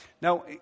Now